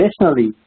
Additionally